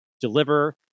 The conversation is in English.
deliver